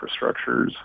infrastructures